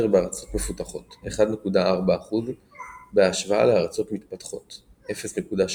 בארצות מפותחות 1.4% בהשוואה לארצות מתפתחות 0.7%.